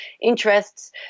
interests